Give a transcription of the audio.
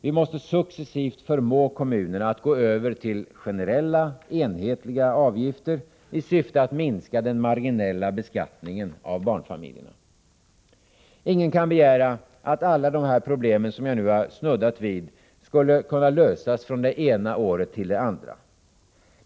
Vi måste successivt förmå kommunerna att gå över till generella, enhetliga avgifter i syfte att minska den marginella beskattningen av barnfamiljerna. Ingen kan begära att alla dessa problem som jag nu har snuddat vid skall kunna lösas från det ena året till det andra.